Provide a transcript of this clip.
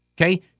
Okay